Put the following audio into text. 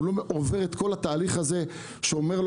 הוא לא עובר את כל התהליך הזה שאומר לו